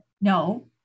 No